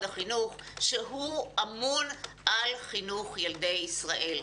החינוך שהוא אמון על חינוך ילדי ישראל.